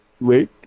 Wait